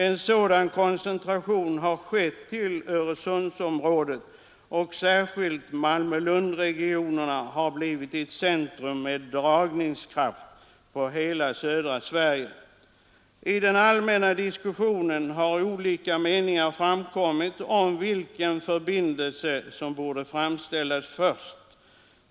En sådan koncentration har skett till Öresundsområdet, och särskilt Malmö-Lundregionerna har blivit ett centrum med dragningskraft på hela södra Sverige. I den allmänna diskussionen har olika meningar framkommit om vilken förbindelse som borde framställas först.